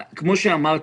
כאמור,